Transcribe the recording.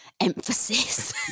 emphasis